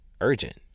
urgent